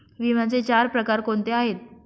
विम्याचे चार प्रकार कोणते आहेत?